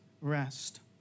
rest